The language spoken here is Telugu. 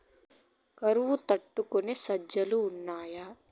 కరువు తట్టుకునే సజ్జలు ఉన్నాయా